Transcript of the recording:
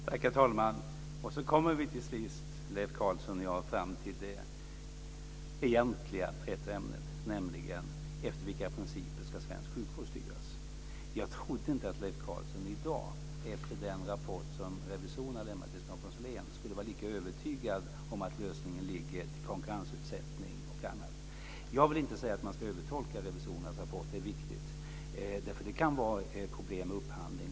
Herr talman! Så kommer Leif Carlson och jag till sist fram till det egentliga trätoämnet, nämligen efter vilka principer svensk sjukvård ska styras. Jag trodde inte att Leif Carlson i dag, efter den rapport som revisorerna lämnat till Stockholms län, skulle vara lika övertygad om att lösningen ligger i konkurrensutsättning och annat. Jag vill inte säga att man ska övertolka revisorernas rapport. Det är viktigt. Det kan vara problem med upphandling.